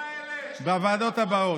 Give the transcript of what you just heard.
בוועדות הבאות: